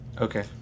Okay